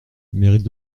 mérite